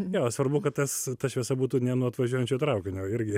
jo svarbu kad tas ta šviesa būtų ne nuo atvažiuojančio traukinio irgi